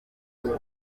nziza